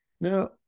Now